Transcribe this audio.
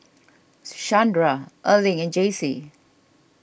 Shandra Erling and Jaycee